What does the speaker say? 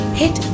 hit